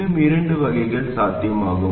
இன்னும் இரண்டு வகைகள் சாத்தியமாகும்